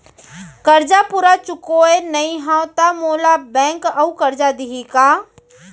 करजा पूरा चुकोय नई हव त मोला बैंक अऊ करजा दिही का?